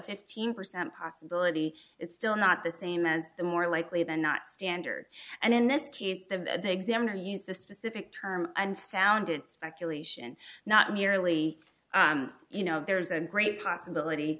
fifteen percent possibility it's still not the same as the more likely than not standard and in this case the examiner used the specific term unfounded speculation not merely you know there's a great possibility